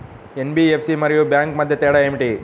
NBFC మరియు bank మధ్య తేడా ఏమిటీ?